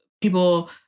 people